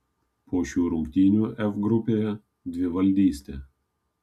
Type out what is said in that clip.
po šių rungtynių f grupėje dvivaldystė